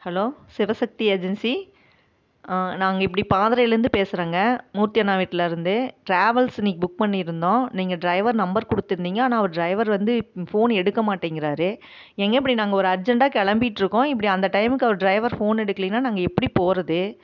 hello Sivasakthi agency நாங்கள் இப்படி பாதரையிலேந்து பேசுறோங்க மூர்த்தி அண்ணா வீட்டிலருந்து ட்ராவல்ஸ் இன்னைக்கு புக் பண்ணியிருந்தோம் நீங்கள் டிரைவர் நம்பர் கொடுத்துருந்திங்க ஆனால் அவர் டிரைவர் வந்து ஃபோன் எடுக்க மாட்டேங்கிறார் ஏங்க இப்படி நாங்கள் ஒரு அர்ஜென்ட்டாக கிளம்பிட்ருக்கோம் இப்படி அந்த டைம்க்கு அவர் டிரைவர் ஃபோன் எடுக்கலைனா நாங்கள் எப்படி போகிறது